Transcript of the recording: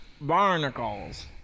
barnacles